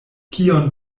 kion